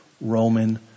Roman